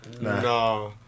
No